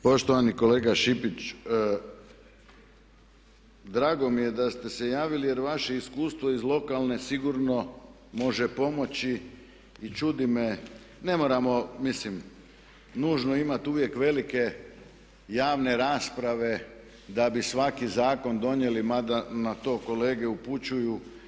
Poštovani kolega Šipić, drago mi je da ste se javili jer vaše iskustvo iz lokalne sigurno može pomoći i čudi me, ne moramo mislim nužno imati uvijek velike javne rasprave da bi svaki zakon donijeli mada na to kolege upućuju.